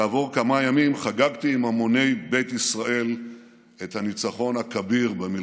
כעבור כמה ימים חגגתי עם המוני בית ישראל את הניצחון הכביר במלחמה.